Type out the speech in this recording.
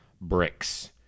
bricks